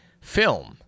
film